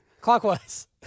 Clockwise